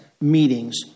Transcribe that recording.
meetings